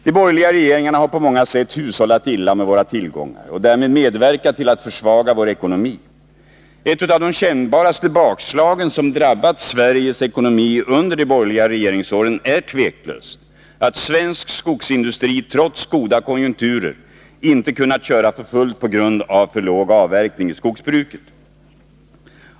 De borgerliga regeringarna har på många sätt hushållat illa med våra tillgångar och därmed medverkat till att försvaga vår ekonomi. Ett av de kännbaraste bakslagen som drabbat Sveriges ekonomi under de borgerliga regeringsåren är tveklöst att svensk skogsindustri, trots goda konjunkturer, inte har kunnat köra för fullt på grund av för låg avverkning i skogsbruket.